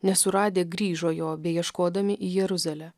nesuradę grįžo jo beieškodami į jeruzalę